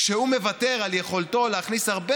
כשהוא מוותר על יכולתו להכניס הרבה